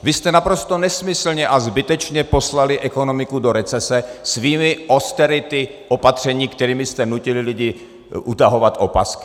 Vy jste naprosto nesmyslně a zbytečně poslali ekonomiku do recese svými austerity, opatřeními, kterými jste nutili lidi utahovat opasky.